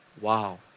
wow